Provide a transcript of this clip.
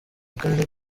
akarere